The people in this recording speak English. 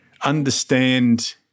understand